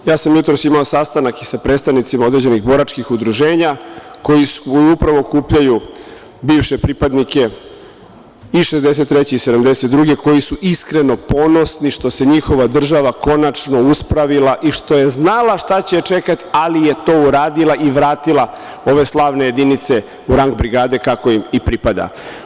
Ja sam jutros imao sastanak i sa predstavnicima određenih boračkih udruženja koji upravo okupljaju bivše pripadnike i 63. i 72, koji su iskreno ponosni što se njihova država konačno uspravila i što je znala šta će je čekati, ali je to uradila i vratila ove slavne jedinice u rang brigade kako im i pripada.